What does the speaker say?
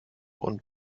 und